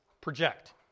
project